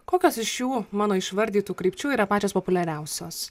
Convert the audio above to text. kokios iš šių mano išvardytų krypčių yra pačios populiariausios